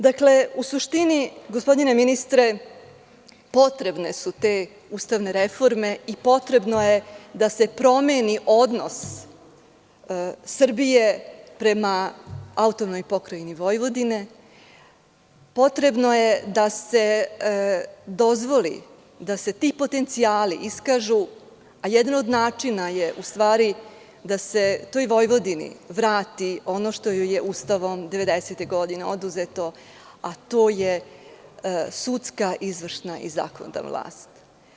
Dakle, u suštini, gospodine ministre, potrebne su te ustavne reforme i potrebno je da se promeni odnos Srbije prema AP Vojvodine, potrebno je da se dozvoli da se ti potencijali iskažu, a jedan od načina je u stvari da se toj Vojvodini vrati ono što joj je Ustavom 1990. godine oduzeto a to je sudska izvršna i zakonodavna vlast.